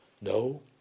no